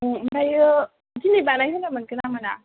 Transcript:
ओमफ्रायो दिनै बानायहोब्ला मोनगोन ना मोना